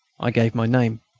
i gave my name.